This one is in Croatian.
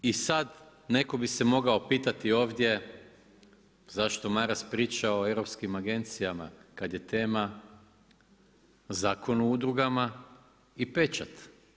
I sad, netko bi se mogao pitati ovdje zašto Maras priča o europskim agencijama kad je tema Zakon o udrugama i pečat.